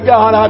God